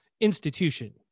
institution